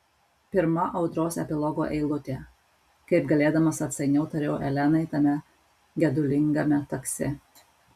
pirma audros epilogo eilutė kaip galėdamas atsainiau tariau elenai tame gedulingame taksi